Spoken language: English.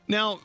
Now